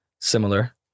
similar